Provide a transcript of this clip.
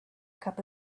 cup